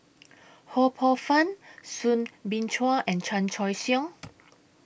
Ho Poh Fun Soo Bin Chua and Chan Choy Siong